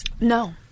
no